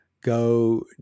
go